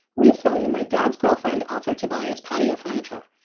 recently, my dad's girlfriend offered to buy his patio furniture.